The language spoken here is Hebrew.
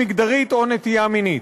נטייה מינית.